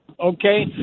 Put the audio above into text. okay